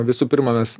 visų pirma mes